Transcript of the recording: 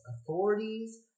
authorities